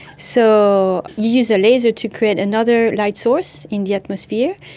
so you use a laser to create another light source in the atmosphere.